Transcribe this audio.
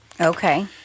Okay